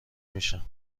میشم